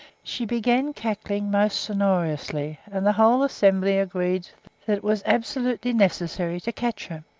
she began cackling most sonorously, and the whole assembly agreed that it was absolutely necessary to catch her,